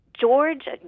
George